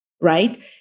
right